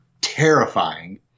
terrifying